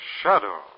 shadow